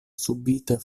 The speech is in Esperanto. subite